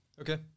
Okay